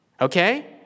Okay